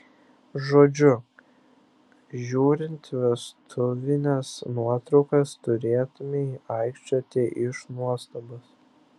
žodžiu žiūrint vestuvines nuotraukas turėtumei aikčioti iš nuostabos